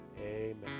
amen